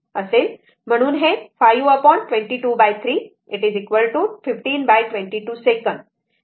म्हणून 5223 1522 second T